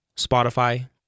Spotify